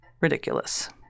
ridiculous